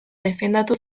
defendatu